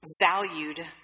valued